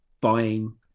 buying